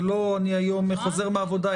זה לא אני היום חוזר מהעבודה,